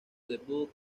debut